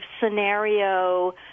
scenario